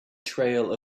trail